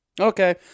Okay